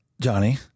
Johnny